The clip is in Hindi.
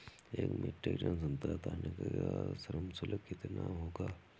एक मीट्रिक टन संतरा उतारने का श्रम शुल्क कितना होगा?